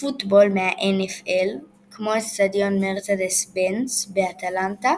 פוטבול מה-NFL, כמו אצטדיון מרצדס-בנץ באטלנטה